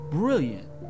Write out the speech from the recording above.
brilliant